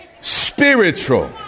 Spiritual